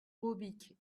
robic